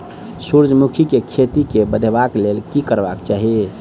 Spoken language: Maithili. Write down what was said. सूर्यमुखी केँ खेती केँ बढ़ेबाक लेल की करबाक चाहि?